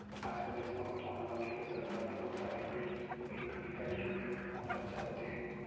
आज कल देस म कतको नांव लेके सरकारी अउ पराइबेट बेंक बिकट के बेंक खुलत जावत हे